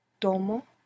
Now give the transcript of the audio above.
tomo